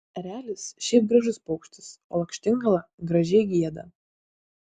erelis šiaip gražus paukštis o lakštingala gražiai gieda